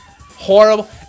Horrible